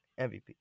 MVP